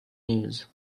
news